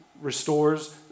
restores